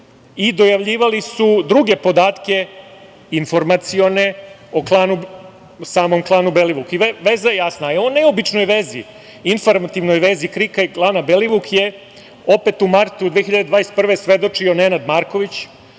i dojavljivali su druge podatke informacione o samom klanu Belivuk. Veza je jasna.O ovoj neobičnoj vezi, informativnoj vezi KRIK-a i klana Belivuk je opet u martu 2021. godine svedočio Nenad Marković,